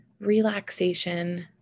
relaxation